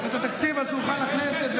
היה חשוב לכם הביחד, מה אתם מדברים?